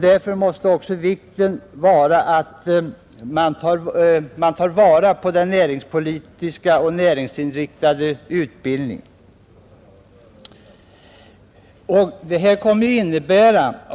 Därför måste vikten läggas vid att ta vara på den näringspolitiska och näringsinriktade utbildningen.